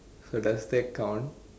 so does that count